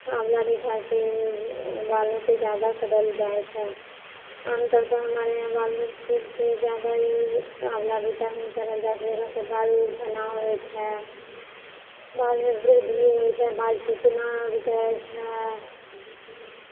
आँवला रीठाके यूज़ बालों पे जादा करल जाइ छै आमतौर पे हमारे यहाँ बालो पे जादा यूज आँवला रीठा ही जादा करल जाइ छै जकरासँ बाल घना होइ छै बालमे वृद्धि होइ छै बाल टूटनाइ रुकए छै